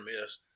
miss